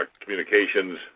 communications